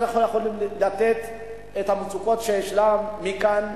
אנחנו יכולים לתת את המצוקות שישנן מכאן,